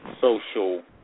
social